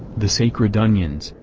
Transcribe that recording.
the sacred onions,